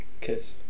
Kiss